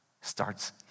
starts